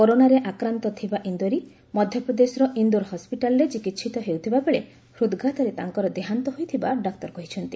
କରୋନାରେ ଆକ୍ରାନ୍ତ ଥିବା ଇନ୍ଦୋରି ମଧ୍ୟପ୍ରଦେଶର ଇନ୍ଦୋର ହସ୍କିଟାଲରେ ଚିକିିିିତ ହେଉଥିବା ବେଳେ ହୃଦ୍ଘାତରେ ତାଙ୍କର ଦେହାନ୍ତ ହୋଇଥିବା ଡାକ୍ତର କହିଛନ୍ତି